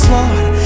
Lord